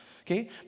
Okay